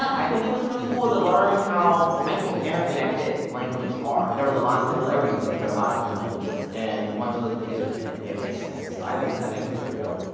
i think it was really cool to learn how, i think interconnected languages are. there's a lot of similarities between a lot of different languages and once you look at the history in it, it makes sense. so i think i think this is pretty dope.